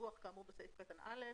במשך חמש שנים,